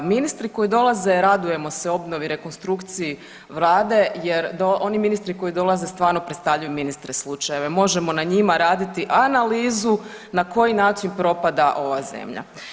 Ministri koji dolaze radujemo se obnovi i rekonstrukciji vlade jer oni ministri koji dolaze stvarno predstavljaju ministre slučajeve, možemo na njima raditi analizu na koji način propada ova zemlja.